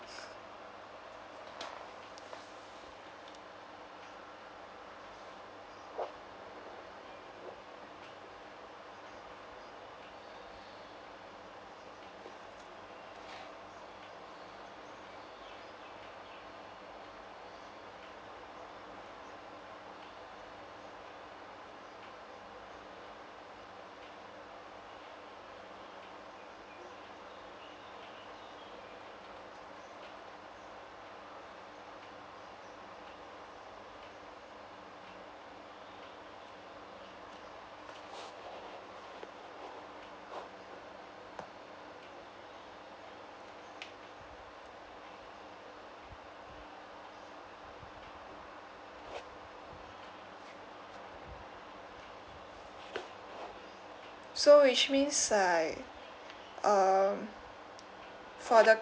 so which means like um for the